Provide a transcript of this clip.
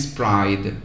pride